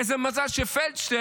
איזה מזל שפלדשטיין